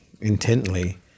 intently